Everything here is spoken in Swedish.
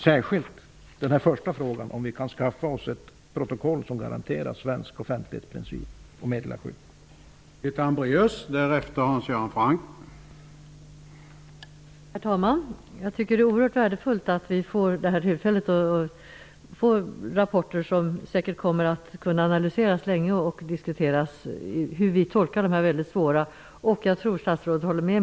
Särskilt den första frågan -- om vi kan skaffa oss ett protokoll som garanterar svensk offentlighetsprincip och meddelarskydd -- skulle jag vilja ha svar på.